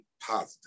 positive